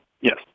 yes